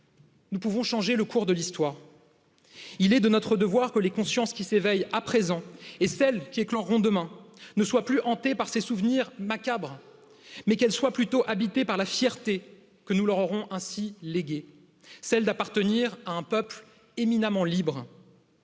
ma aujourd'hui. le cours de l'histoire, il est de notre devoir que les consciences qui s'éveillent à présent et celles qui écloront demain ne soient plus hantées par ces souvenirs macabres, mais qu'elle soit plutôt habitée par la fierté que nous leur aurons ainsi léguée, celle d'appartenir à un peuple éminemment libre.